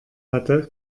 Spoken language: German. hatte